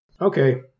Okay